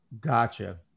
Gotcha